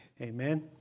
Amen